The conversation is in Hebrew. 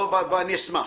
אני אשמח.